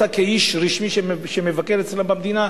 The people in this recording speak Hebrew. כאיש רשמי שמבקר אצלם במדינה,